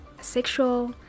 Sexual